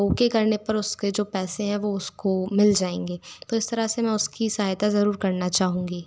okay करने पर उसके जो पैसे हैं वो उसको मिल जाएंगे तो इस तरह से मैं उसकी सहायता जरूर करना चाहूँगी